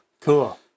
cool